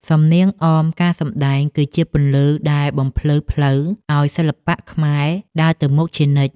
សំនៀងអមការសម្ដែងគឺជាពន្លឺដែលបំភ្លឺផ្លូវឱ្យសិល្បៈខ្មែរដើរទៅមុខជានិច្ច។